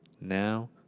now